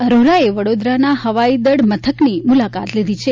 અરોરાએ વડોદરાના હવાઈદળ મથકની મુલાકાત લીધી છે